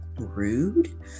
rude